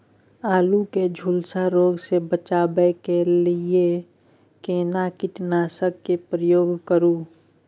आलू के झुलसा रोग से बचाबै के लिए केना कीटनासक के प्रयोग करू